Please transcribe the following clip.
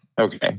Okay